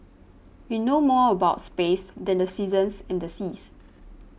we know more about space than the seasons and the seas